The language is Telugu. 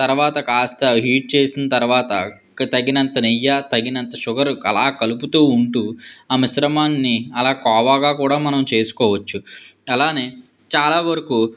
తరవాత కాస్త హీట్ చేసిన తరవాత కా తగినంత నెయ్యి తగినంత షుగరు అలా కలుపుతూ ఉంటూ ఆ మిశ్రమాన్ని అలా కోవాగా కూడా మనం చేసుకోవచ్చు అలాగే చాలావరకు